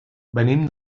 venim